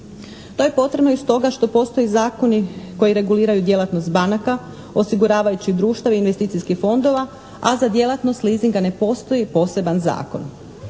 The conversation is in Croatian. To je potrebno i stoga što postoje i zakoni koji reguliraju djelatnost banaka, osiguravajućih društava i investicijskih fondova a za djelatnost leasinga ne postoji poseban zakon.